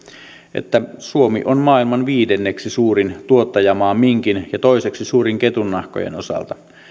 että suomi on maailman viidenneksi suurin tuottajamaa minkin ja toiseksi suurin ketunnahkojen osalta